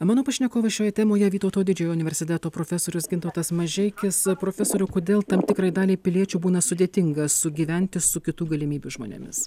mano pašnekovai šioje temoje vytauto didžiojo universiteto profesorius gintautas mažeikis profesoriau kodėl tam tikrai daliai piliečių būna sudėtinga sugyventi su kitų galimybių žmonėmis